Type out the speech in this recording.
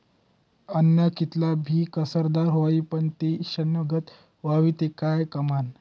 आन्न कितलं भी कसदार व्हयी, पन ते ईषना गत व्हयी ते काय कामनं